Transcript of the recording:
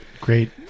great